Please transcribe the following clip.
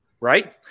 right